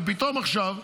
ופתאום עכשיו,